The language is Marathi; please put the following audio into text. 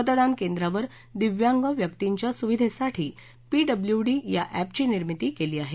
मतदान केंद्रावर दिव्यांग व्यर्सिच्या सुविधेसाठी पीडब्ल्यूडी या एपची निर्मिती केली आहे